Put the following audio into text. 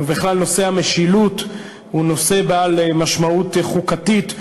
בכלל, נושא המשילות הוא נושא בעל משמעות חוקתית.